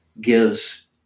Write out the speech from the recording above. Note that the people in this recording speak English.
gives